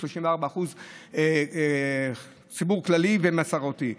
34% ציבור כללי ומסורתי.